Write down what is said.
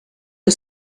que